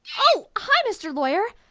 oh, hi mr. lawyer,